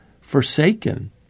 forsaken